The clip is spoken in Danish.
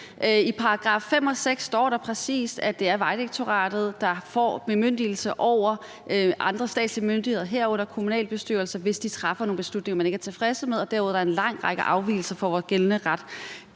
I § 5 og § 6 står der præcis, at det er Vejdirektoratet, der får bemyndigelse over andre statslige myndigheder, herunder kommunalbestyrelser, hvis de træffer nogle beslutninger, man ikke er tilfredse med. Derudover er der en lang række afvigelser fra gældende ret.